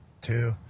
Two